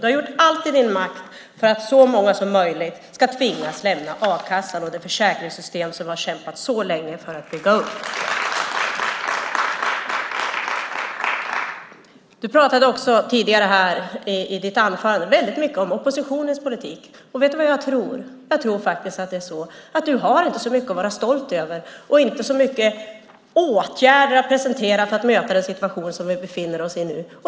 Du har gjort allt i din makt för att så många som möjligt ska tvingas lämna a-kassan och det försäkringssystem som vi har kämpat så länge för att bygga upp. I ditt anförande talade du väldigt mycket om oppositionens politik. Vet du vad jag tror? Jag tror att du inte har så mycket att vara stolt över och inte så många åtgärder att presentera för att möta den situation som vi befinner oss i nu.